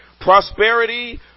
prosperity